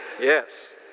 Yes